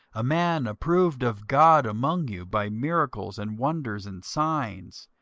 a man approved of god among you by miracles and wonders and signs,